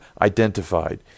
identified